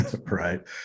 Right